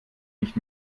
nicht